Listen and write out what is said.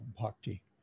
bhakti